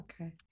okay